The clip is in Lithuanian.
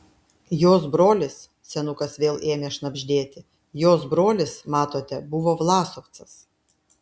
jos brolis senukas vėl ėmė šnabždėti jos brolis matote buvo vlasovcas